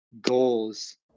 goals